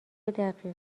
دقیقه